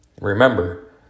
Remember